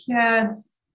kids